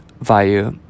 via